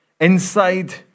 inside